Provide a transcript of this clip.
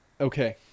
Okay